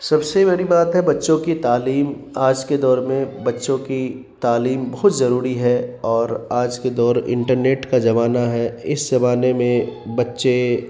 سب سے بڑی بات ہے بچوں کی تعلیم آج کے دور میں بچوں کی تعلیم بہت ضروری ہے اور آج کے دور انٹرنیٹ کا زمانہ ہے اس زمانے میں بچے